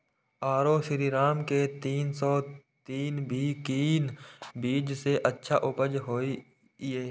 आरो श्रीराम के तीन सौ तीन भी नीक बीज ये अच्छा उपज होय इय?